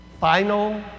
Final